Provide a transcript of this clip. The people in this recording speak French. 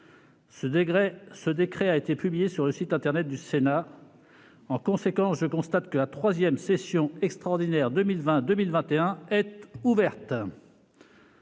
Ce décret a été publié sur le site internet du Sénat. En conséquence, je constate que la troisième session extraordinaire de 2020-2021 est ouverte.